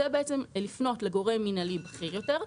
זה בעצם לפנות לגורם מינהלי בכיר יותר,